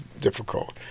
difficult